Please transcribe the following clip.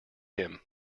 him